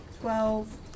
Twelve